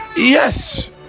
Yes